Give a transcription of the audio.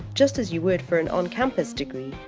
just as you would for an on-campus degree,